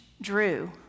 Drew